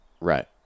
Right